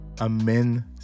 Amen